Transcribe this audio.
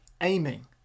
aiming